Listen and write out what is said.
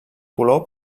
color